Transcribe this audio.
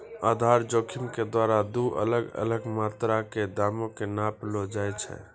आधार जोखिम के द्वारा दु अलग अलग मात्रा के दामो के नापलो जाय छै